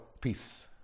Peace